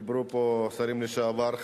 דיברו פה שרים לשעבר,